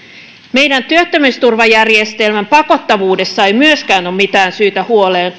meidän työttömyysturvajärjestelmän pakottavuudessa ei myöskään ole mitään syytä huoleen